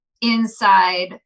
inside